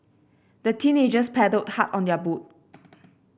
the teenagers paddled hard on their boat